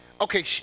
okay